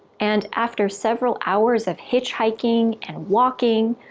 and after several hours of hitchhiking and walking,